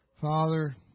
Father